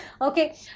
Okay